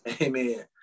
amen